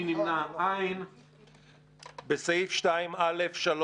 בסעיף 2(א)(3)